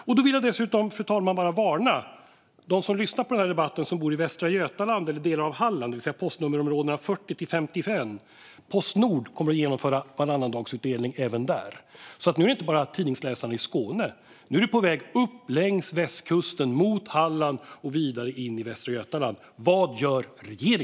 Jag vill dessutom varna dem som lyssnar på den här debatten och bor i Västra Götaland eller delar av Halland, det vill säga postnummerområdena 40-51: Postnord kommer att genomföra varannandagsutdelning även där. Nu är det inte bara tidningsläsarna i Skåne det gäller. Nu är det på väg upp längs västkusten, mot Halland och vidare in i Västra Götaland. Vad gör regeringen?